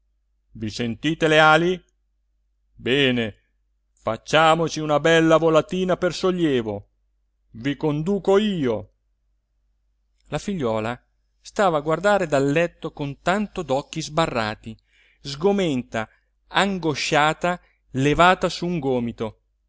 i sentite le ali bene facciamoci una bella volatina per sollievo i conduco io la figliuola stava a guardare dal letto con tanto d'occhi sbarrati sgomenta angosciata levata su un gomito